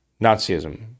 Nazism